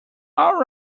all